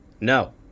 No